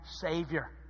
Savior